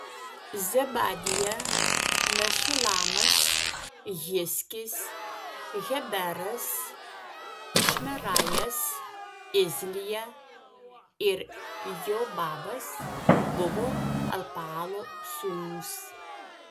zebadija mešulamas hizkis heberas išmerajas izlija ir jobabas buvo elpaalo sūnūs